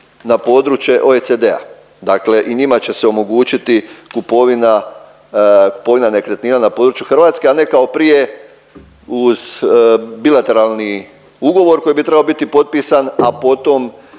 na područje OECD-a. Dakle i njima će se omogućiti kupovina, kupovina nekretnina na području Hrvatske al ne kao prije uz bilateralni ugovor koji bi trebao biti potpisan, a potom,